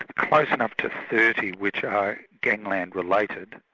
close enough to thirty which are gangland-related,